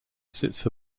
sits